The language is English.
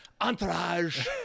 entourage